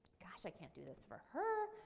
gosh, i can't do this for her.